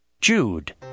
Jude